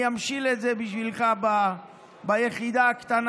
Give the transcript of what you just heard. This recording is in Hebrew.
אני אמשיל את זה בשבילך ליחידה הקטנה